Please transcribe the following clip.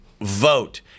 vote